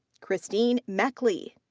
christine meckley.